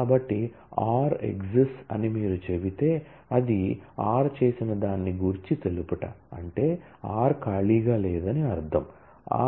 కాబట్టి r exists అని మీరు చెబితే అది r చేసిన దాన్ని గూర్చి తెలుపుట అంటే r ఖాళీగా లేదని అర్థం